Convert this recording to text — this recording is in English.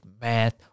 math